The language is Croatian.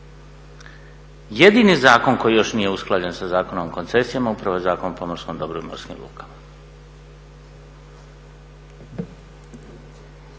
Jedini zakon koji još nije usklađen sa Zakonom o koncesijama upravo je Zakon o pomorskom dobru i morskim lukama.